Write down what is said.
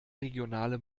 regionale